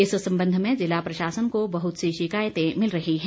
इस संबंध में जिला प्रशासन को बहुत सी शिकायतें मिल रही हैं